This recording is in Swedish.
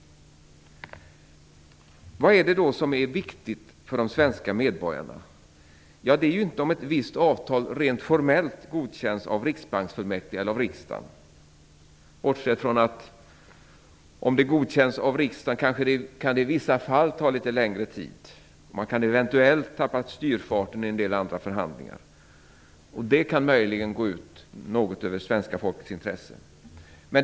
Vad är det då som är viktigt för de svenska medborgarna? Ja, det är inte om ett visst avtal rent formellt godkänns av riksbanksfullmäktige eller av riksdagen - bortsett från att det, om det godkänns av riksdagen, i vissa fall kan ta litet längre tid. Man kan eventuellt tappa styrfarten i en del andra förhandlingar, och det kan möjligen något gå ut över svenska folkets intressen.